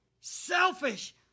selfish